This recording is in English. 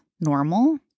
normal